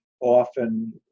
Often